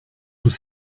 sus